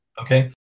Okay